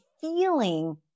feeling